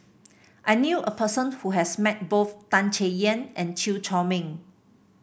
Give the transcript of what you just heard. I knew a person who has met both Tan Chay Yan and Chew Chor Meng